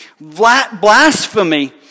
blasphemy